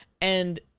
And-